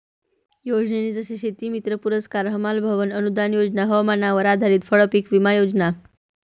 योजने जसे शेतीमित्र पुरस्कार, हमाल भवन अनूदान योजना, हवामानावर आधारित फळपीक विमा योजना